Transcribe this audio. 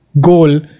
goal